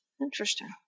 interesting